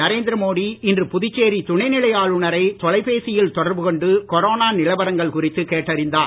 நரேந்திர மோடி இன்று புதுச்சேரி துணைநிலை ஆளுநரைத் தொலைபேசியில் தொடர்பு கொண்டு கொரோனா நிலவரங்கள் குறித்து கேட்டறிந்தார்